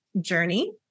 journey